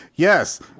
Yes